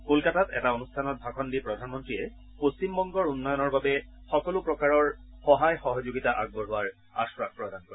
কলকাতাত এটা অনুষ্ঠানত ভাষণ দি প্ৰধানমন্ত্ৰীয়ে পশ্চিমবংগৰ উন্নয়নৰ বাবে সকলো প্ৰকাৰৰ সহায় আগবঢ়োৱাৰ আশ্বাস প্ৰদান কৰে